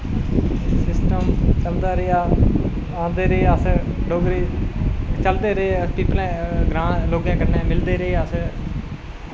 system चलदा रेहा आंदे रेह् अस डोगरी चलदे रेह् अस कन्नै लोकें कन्नै मिलदे रेह् अस